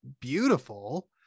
beautiful